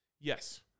Yes